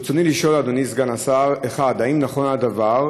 ברצוני לשאול, אדוני סגן השר: 1. האם נכון הדבר?